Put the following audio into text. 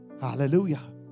Hallelujah